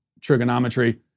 trigonometry